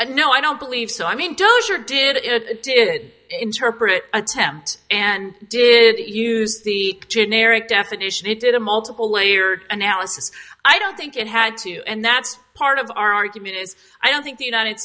this no i don't believe so i mean does your did it did interpret attempt and did it use the generic definition it did a multiple layered analysis i don't think it had to and that's part of our argument is i don't think the united